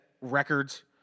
records